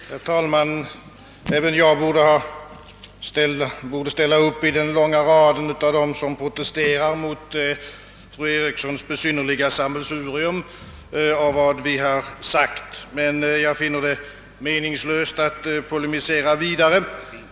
Herr talman! Även jag borde ställa upp i den långa raden av dem som protesterar mot fru Erikssons besynnerliga sammelsurium av vad vi har sagt. Men jag finner det meningslöst att polemisera vidare.